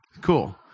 Cool